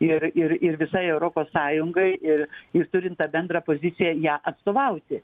ir ir ir visai europos sąjungai ir ir turint tą bendrą poziciją ją atstovauti